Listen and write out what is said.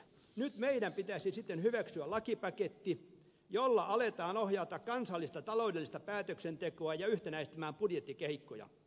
nyt meidän pitäisi sitten hyväksyä lakipaketti jolla aletaan ohjata kansallista taloudellista päätöksentekoa ja yhtenäistämään budjettikehikkoja